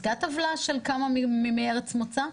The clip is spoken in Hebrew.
הוצגה טבלה של כמה מאיזה ארץ מוצא?